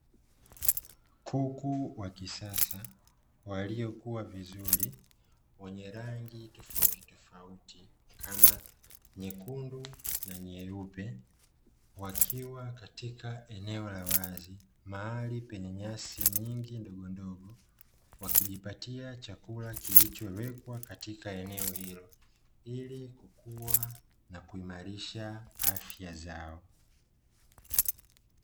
Kuku wa kisasa waliokuwa vizuri; wenye rangi tofautitofauti kama nyekundu na nyeupe, wakiwa katika eneo la wazi mahali penye nyasi nyingi ndogondogo, wakijipatia chakula kilichowekwa katika eneo hilo ili kukua na kuimarisha afya zao.